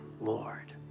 Lord